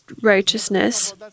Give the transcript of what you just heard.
righteousness